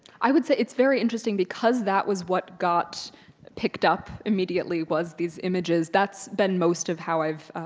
i would say it's very interesting because that was what got picked up immediately was these images. that's been most of how i've,